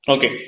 Okay